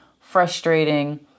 frustrating